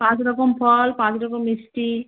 পাঁচ রকম ফল পাঁচ রকম মিষ্টি